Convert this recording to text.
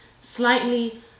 slightly